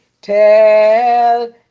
tell